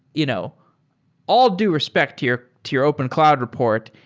you know all due respect to your to your open cloud report,